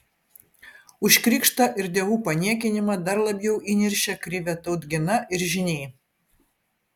už krikštą ir dievų paniekinimą dar labiau įniršę krivė tautgina ir žyniai